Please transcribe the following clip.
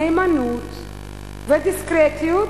נאמנות ודיסקרטיות,